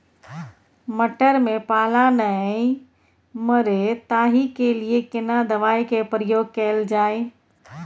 मटर में पाला नैय मरे ताहि के लिए केना दवाई के प्रयोग कैल जाए?